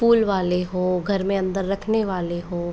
फ़ूल वाले हों घर में अंदर रखने वाले हों